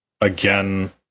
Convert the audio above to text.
again